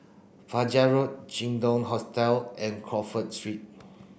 Fajar Road Jin Dong Hotel and Crawford Street